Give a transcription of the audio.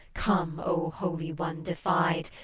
come, o holy one defied,